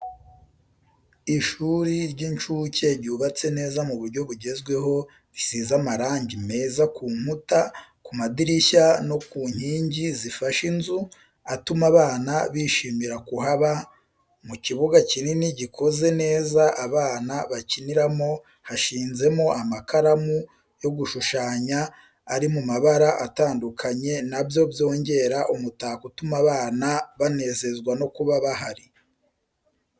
Ishuri ry'incuke ryubatse neza mu buryo bugezweho risize amarangi meza ku nkuta, ku madirishya no ku inkingi zifashe inzu atuma abana bishimira kuhaba, mu kibuga kinini gikoze neza, abana bakiniramo hashinze mo amakaramu yo gushushanya ari mu mabara atandukanye na byo byongera umutako utuma abana banezezwa no kuba bahari.